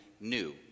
new